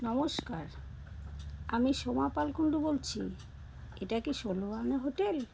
নমস্কার আমি সোমা পালকুণ্ডু বলছি এটা কি ষোলোআনা হোটেল